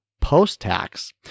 post-tax